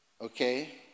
Okay